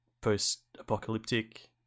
post-apocalyptic